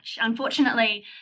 Unfortunately